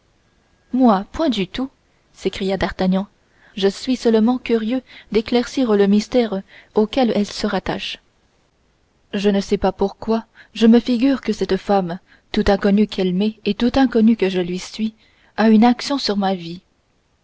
point du tout s'écria d'artagnan je suis seulement curieux d'éclaircir le mystère auquel elle se rattache je ne sais pourquoi je me figure que cette femme tout inconnue qu'elle m'est et tout inconnu que je lui suis a une action sur ma vie